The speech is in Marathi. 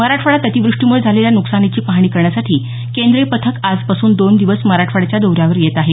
मराठवाड्यात अतिवृष्टीमुळं झालेल्या नुकसानीची पाहणी करण्यासाठी केंद्रीय पथक आजपासून दोन दिवस मराठवाड्याच्या दौऱ्यावर येत आहे